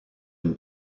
une